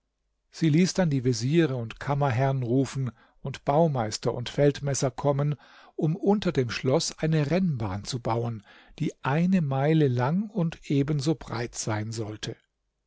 sie ließ dann die veziere und kammerherrn rufen und baumeister und feldmesser kommen um unter dem schloß eine rennbahn zu bauen die eine meile lang und ebenso breit sein sollte